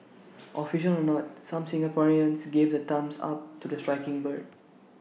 official or not some Singaporeans gave the thumbs up to the striking bird